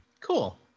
cool